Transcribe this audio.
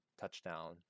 touchdown